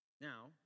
Now